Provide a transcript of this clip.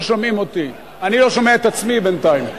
לא שומעים אותי, אני לא שומע את עצמי בינתיים,